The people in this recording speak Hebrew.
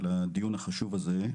על הדיון החשוב הזה,